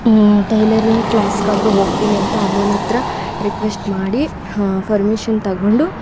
tailoring ಕ್ಲಾಸಿಗಾದ್ರೂ ಹೋಗ್ತೀನಿ ಅಂತ ಅಮ್ಮನ ಹತ್ರ ರಿಕ್ವೆಸ್ಟ್ ಮಾಡಿ ಹಾಂ ಪರ್ಮಿಷನ್ ತಗೊಂಡು